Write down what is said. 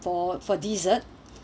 for for dessert